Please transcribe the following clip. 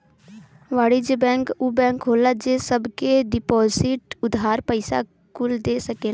वाणिज्य बैंक ऊ बैंक होला जे सब के डिपोसिट, उधार, पइसा कुल दे सकेला